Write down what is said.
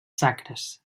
sacres